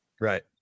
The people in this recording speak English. Right